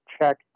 check